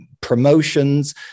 promotions